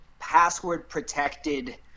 password-protected